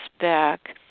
back